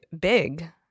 big